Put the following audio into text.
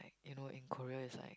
you know in Korea it's like